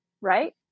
right